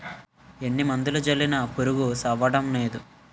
ఎన్ని మందులు జల్లినా పురుగు సవ్వడంనేదు